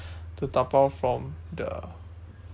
to dabao from the